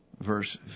Verse